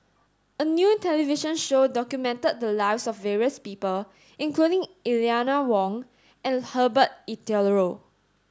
a new television show documented the lives of various people including Eleanor Wong and Herbert Eleuterio